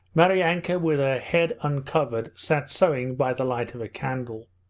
maryanka with her head uncovered sat sewing by the light of a candle.